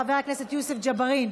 חבר הכנסת יוסף ג'בארין.